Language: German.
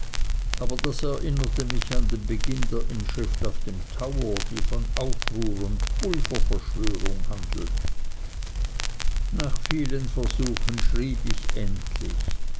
aber das erinnerte mich an den beginn der inschrift auf dem tower die von aufruhr und pulververschwörung handelt nach vielen vergeblichen versuchen schrieb ich endlich